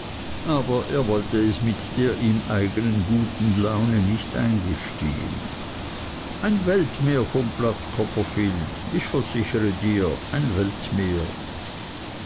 aber er wollte es mit der ihm eigenen guten laune nicht eingestehen ein weltmeer von platz copperfield ich versichere dir ein weltmeer